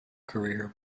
career